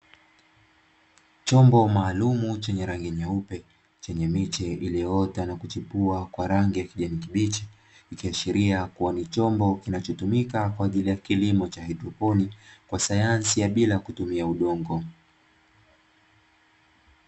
Chombo maalumu chenye rangi nyeupe kilicho na mimea ndani, kinachotumika kama chombo kwaajili ya kilimo cha haidroponiki.